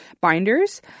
binders